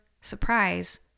surprise